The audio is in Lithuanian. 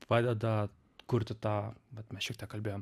padeda kurti tą vat mes šiek tiek kalbėjom